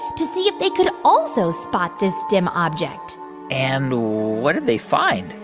to see if they could also spot this dim object and what did they find?